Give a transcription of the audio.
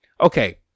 okay